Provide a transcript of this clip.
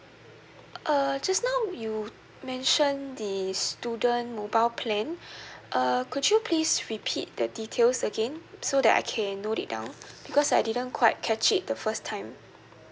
uh just now you mentioned the student mobile plan uh could you please repeat the details again so that I can note it down because I didn't quite catch it the first time